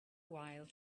while